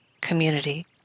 community